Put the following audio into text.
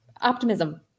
optimism